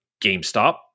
GameStop